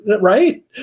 right